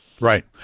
Right